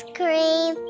cream